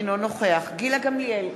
אינו נוכח גילה גמליאל,